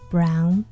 Brown